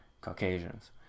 Caucasians